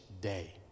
day